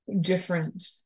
different